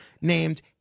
named